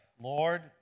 Lord